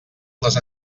les